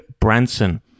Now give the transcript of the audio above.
Branson